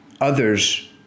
others